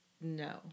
No